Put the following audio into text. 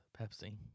pepsi